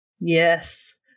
Yes